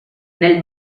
nel